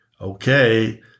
Okay